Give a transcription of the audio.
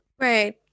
Right